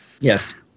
Yes